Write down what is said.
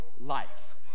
life